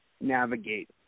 navigate